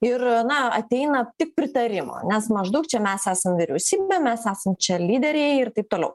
ir na ateina tik pritarimo nes maždaug čia mes esam vyriausybė mes esam čia lyderiai ir taip toliau